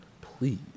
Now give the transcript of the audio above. please